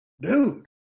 Dude